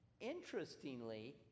Interestingly